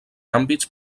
àmbits